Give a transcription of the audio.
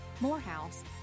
Morehouse